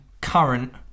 current